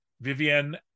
Vivienne